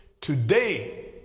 today